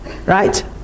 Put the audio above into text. Right